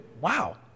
wow